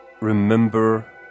Remember